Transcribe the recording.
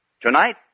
Tonight